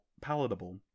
palatable